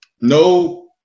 no